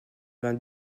vingt